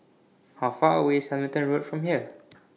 How Far away IS Hamilton Road from here